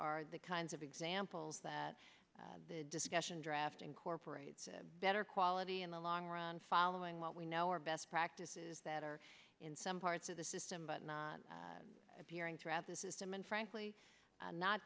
are the kinds of examples that discussion draft incorporates better quality in the long run following what we know are best practices that are in some parts of the system but not appearing throughout the system and frankly not